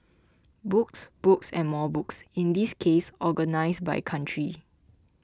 books books and more books in this case organised by country